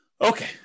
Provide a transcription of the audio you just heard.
Okay